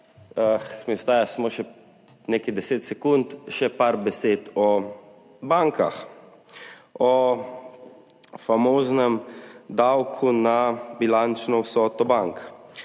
mi ostaja samo še nekaj deset sekund. Še nekaj besed o bankah, o famoznem davku na bilančno vsoto bank.